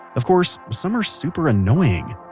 of course, some are super annoying,